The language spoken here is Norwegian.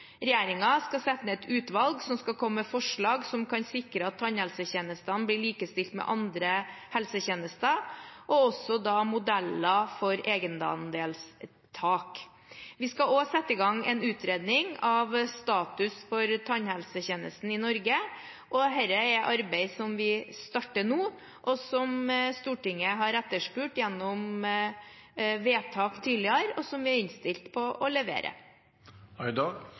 skal sette ned et utvalg som skal komme med forslag som kan sikre at tannhelsetjenestene blir likestilt med andre helsetjenester, og også da modeller for egenandelstak. Vi skal også sette i gang en utredning av status for tannhelsetjenesten i Norge. Dette er et arbeid vi starter nå. Stortinget har etterspurt det gjennom vedtak tidligere, og vi er innstilt på å